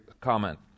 comment